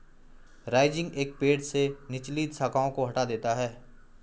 rising एक पेड़ से निचली शाखाओं को हटा देता है